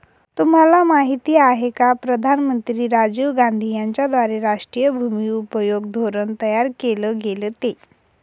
तुम्हाला माहिती आहे का प्रधानमंत्री राजीव गांधी यांच्याद्वारे राष्ट्रीय भूमि उपयोग धोरण तयार केल गेलं ते?